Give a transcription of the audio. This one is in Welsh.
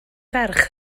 ferch